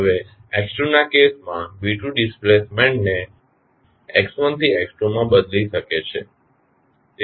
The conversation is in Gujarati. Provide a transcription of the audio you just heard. હવે ના કેસમાં ડિસ્પ્લેસમેન્ટને x1 થી x2 માં બદલી શકે છે